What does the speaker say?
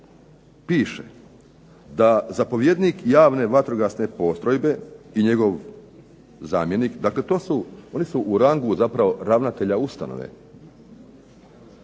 piše da zapovjednik javne vatrogasne postrojbe i njegov zamjenik, dakle oni su u rangu zapravo ravnatelja ustanove,